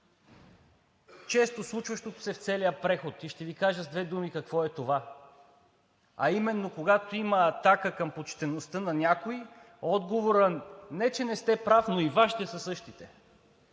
минути ни връща към целия преход. Ще Ви кажа с две думи какво е това, а именно, когато има атака към почтеността на някой, отговорът – не че не сте прав, но и Вашите са същите,